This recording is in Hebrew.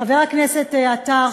חבר הכנסת עטר,